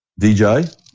DJ